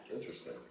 Interesting